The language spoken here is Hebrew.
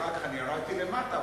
אחר כך ירדתי למטה,